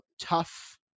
tough